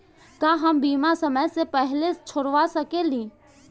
का हम बीमा समय से पहले छोड़वा सकेनी?